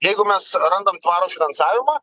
jeigu mes randam tvarų finansavimą